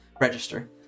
register